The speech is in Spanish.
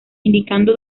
indicando